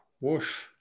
whoosh